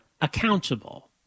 accountable